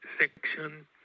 section